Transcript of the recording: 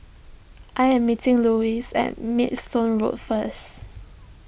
I am meeting Luis at Maidstone Road first